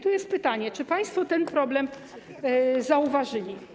Tu jest pytanie: Czy państwo ten problem zauważyli?